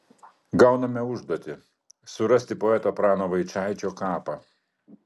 gauname užduotį surasti poeto prano vaičaičio kapą